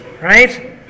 right